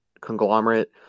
conglomerate